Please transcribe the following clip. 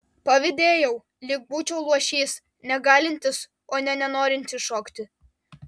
pavydėjau lyg būčiau luošys negalintis o ne nenorintis šokti